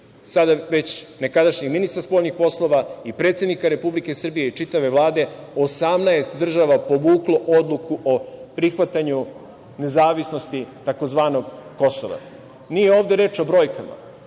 sada već nekadašnjeg ministra spoljnih poslova i predsednika Republike Srbije i čitave Vlade 18 država povuklo odluku o prihvatanju nezavisnosti tzv. Kosova. Nije ovde reč o brojkama,